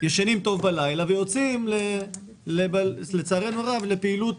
ישנים טוב בלילה ויוצאים לצערנו הרב לפעילות